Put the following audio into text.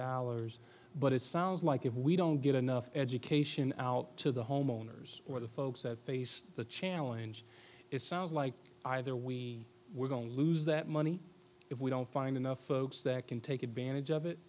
dollars but it sounds like if we don't get enough education out to the homeowners or the folks that face the challenge it sounds like either we we're going to lose that money if we don't find enough folks that can take advantage of